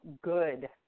good